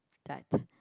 that